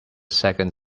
second